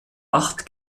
acht